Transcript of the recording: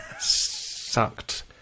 sucked